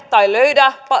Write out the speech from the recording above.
tai